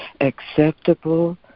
acceptable